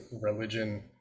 religion